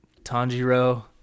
Tanjiro